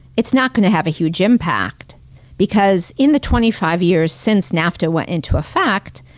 it's not going to have a huge impact because in the twenty five years since nafta went into effect,